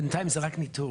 בינתיים זה רק ניטור.